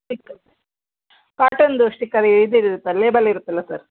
stick ಕಾಟನ್ದು sticker ಇದು ಇರುತ್ತಲ್ಲ ಲೇಬಲ್ ಇರುತ್ತಲ್ಲ ಸರ್